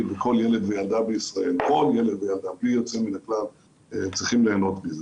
וכל ילד וילדה בישראל בלי יוצא מן הכלל צריכים ליהנות מזה.